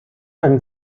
ein